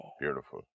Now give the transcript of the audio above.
Beautiful